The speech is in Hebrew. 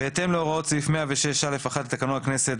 בהתאם להוראות סעיף 106(א)(1) לתקנון הכנסת,